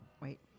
Wait